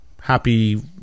happy